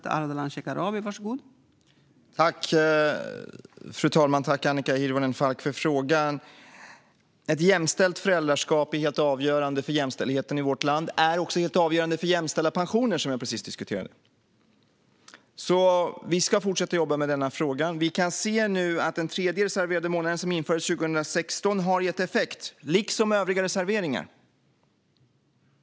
Fru talman! Tack, Annika Hirvonen Falk, för frågan! Ett jämställt föräldraskap är helt avgörande för jämställdheten i vårt land. Det är också helt avgörande för jämställda pensioner, som vi precis diskuterade. Vi ska fortsätta att jobba med denna fråga. Vi kan se att den tredje reserverade månaden, som infördes 2016, har gett effekt, liksom övriga reserveringar.